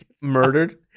Murdered